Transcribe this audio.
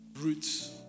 Roots